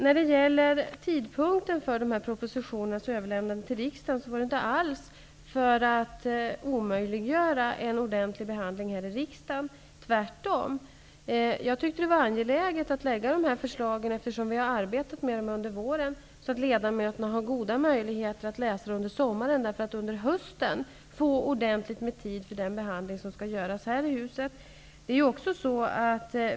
När det gäller tidpunkten för dessa propositioners överlämnande till riksdagen, var det inte alls för att omöjliggöra en ordentlig behandling här i riksdagen som de överlämnas i morgon, tvärtom. Jag tyckte det var angeläget att lägga fram dessa förslag eftersom vi har arbetat med dem under våren. Då har ledamöterna goda möjligheter att läsa dem under sommaren för att sedan under hösten få ordentligt med tid för den behandling som skall göras här i huset.